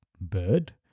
bird